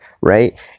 right